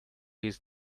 his